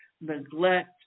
neglect